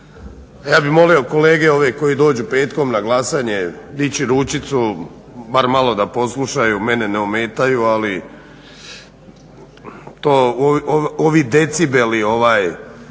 ja bih molio kolege ove koji dođu petkom na glasanje dići ručicu bar malo da poslušaju, mene ne ometaju ali to ovi decibeli ponekad